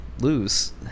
lose